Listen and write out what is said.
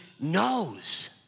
knows